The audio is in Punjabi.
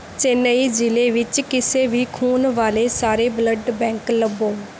ਚੇਨਈ ਜ਼ਿਲ੍ਹੇ ਵਿੱਚ ਕਿਸੇ ਵੀ ਖੂਨ ਵਾਲੇ ਸਾਰੇ ਬਲੱਡ ਬੈਂਕ ਲੱਭੋ